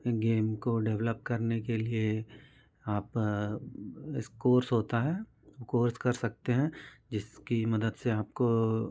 game को develop करने के लिए आप स्कोर्स होता है कोर्स कर सकते हैं जिसकी मदद से आपको